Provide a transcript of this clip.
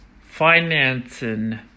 Financing